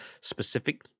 specific